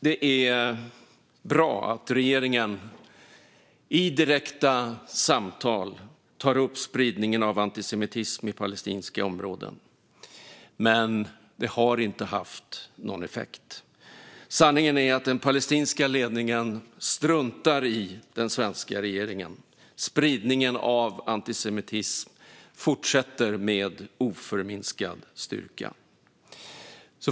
Det är bra att regeringen i direkta samtal tar upp spridningen av antisemitism i palestinska områden, men det har inte haft någon effekt. Sanningen är att den palestinska ledningen struntar i den svenska regeringen; spridningen av antisemitism fortsätter med oförminskad styrka.